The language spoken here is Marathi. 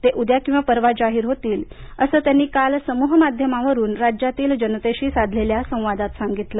ते उद्या किंवा परवा जाहीर होतील असं त्यांनी काल समूहमाध्यमावरून राज्यातील जनतेशी साधलेल्या संवादात सांगितलं